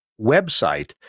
website